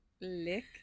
lick